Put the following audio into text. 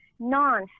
non